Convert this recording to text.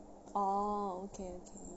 oh okay okay